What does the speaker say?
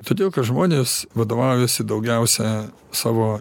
todėl kad žmonės vadovaujasi daugiausia savo